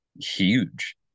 huge